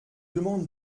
demande